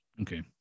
Okay